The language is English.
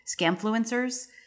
Scamfluencers